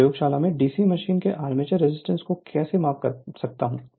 मैं प्रयोगशाला में डीसी मशीन के आर्मेचर रेजिस्टेंस को कैसे माप सकता हूं